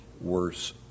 worse